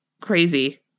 crazy